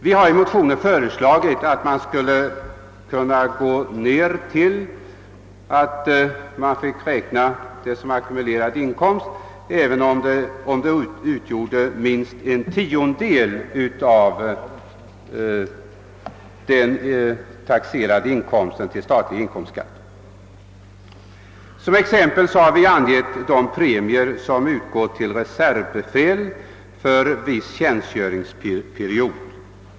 Vi har i motionen föreslagit att man skall gå ned till att som ackumulerad inkomst räkna även belopp som utgör minst en tiondel av den till statlig inkomstskatt taxerade inkomsten mot nu gällande en femtedel. Som exempel på behovet härav har vi nämnt de premier som utgår till reservbefäl för viss tjänstgöringsperiod.